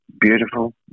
Beautiful